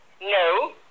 No